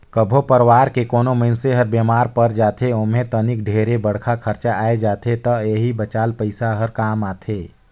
कभो परवार के कोनो मइनसे हर बेमार पर जाथे ओम्हे तनिक ढेरे बड़खा खरचा आये जाथे त एही बचाल पइसा हर काम आथे